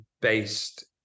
based